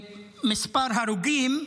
מספר הרוגים,